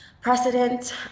precedent